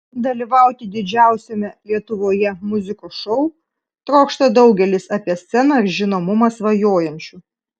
dalyvauti didžiausiame lietuvoje muzikos šou trokšta daugelis apie sceną ir žinomumą svajojančių